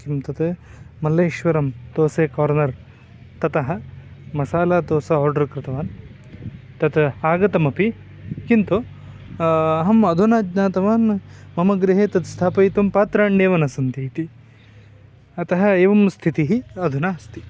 किं तत् मल्लेश्वरं दोसे कार्नर् ततः मसालादोसा आर्डर् कृतवान् तत् आगतमपि किन्तु अहम् अधुना ज्ञातवान् मम गृहे तद् स्थापयितुं पात्राण्येव न सन्ति इति अतः एवं स्थितिः अधुना अस्ति